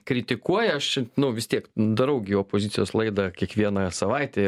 kritikuoja aš nu vis tiek darau gi opozicijos laidą kiekvieną savaitei